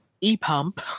e-pump